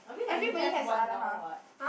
I mean like you have one now what